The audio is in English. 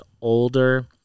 older